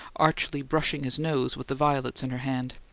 archly brushing his nose with the violets in her hand.